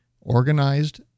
organized